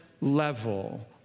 level